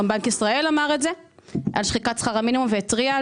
גם בנק ישראל דיבר על שחיקת שכר המינימום והתריע,